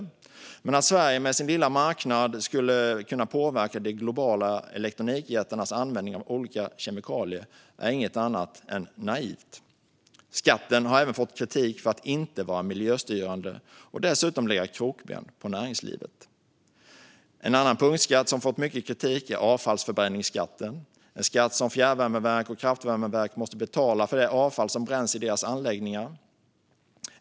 Men att tro att Sverige med sin lilla marknad skulle kunna påverka de globala elektronikjättarnas användning av olika kemikalier är inget annat än naivt. Skatten har även fått kritik för att inte vara miljöstyrande och dessutom för att sätta krokben för näringslivet. En annan punktskatt som har fått mycket kritik är avfallsförbränningsskatten. Det är en skatt som fjärrvärmeverk och kraftvärmeverk måste betala för det avfall som bränns i deras anläggningar.